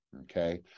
Okay